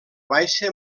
baixa